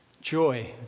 Joy